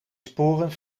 sporen